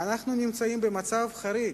ואנחנו נמצאים במצב חריג,